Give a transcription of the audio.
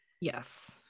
yes